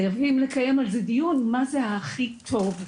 חייבים לקיים על זה דיון מה זה ההכי טוב.